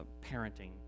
parenting